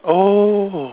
oh